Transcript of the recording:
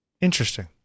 Interesting